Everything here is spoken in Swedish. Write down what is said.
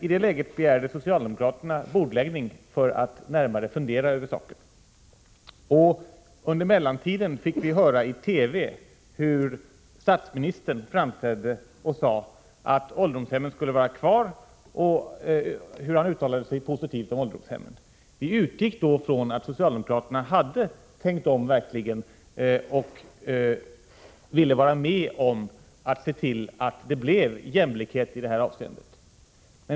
I det läget begärde socialdemokraterna bordläggning för att närmare fundera över saken. Under mellantiden fick vi se statsministern framträda i TV och uttala sig positivt om ålderdomshemmen och säga att de skulle vara kvar. Vi utgick då från att socialdemokraterna verkligen hade tänkt om och ville vara med om att se till att det blev jämlikhet mellan boendeformerna i det här avseendet.